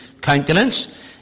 countenance